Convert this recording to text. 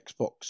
Xbox